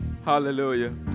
Hallelujah